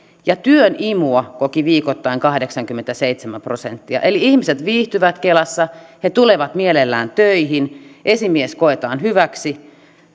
työn imua koki viikoittain kahdeksankymmentäseitsemän prosenttia eli ihmiset viihtyvät kelassa he tulevat mielellään töihin esimies koetaan hyväksi